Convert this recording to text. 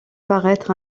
paraître